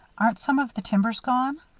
aren't some of the timbers gone?